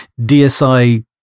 DSI